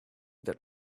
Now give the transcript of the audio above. that